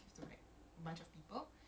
you're talking about macam algorithm dia